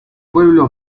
pueblo